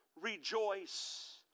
rejoice